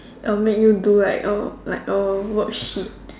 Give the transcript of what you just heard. uh make you do like a like a worksheet